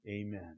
amen